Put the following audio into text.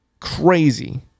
Crazy